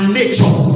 nature